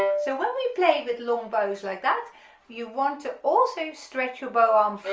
and so when we play with long bows like that you want to also stretch your bow um